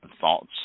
thoughts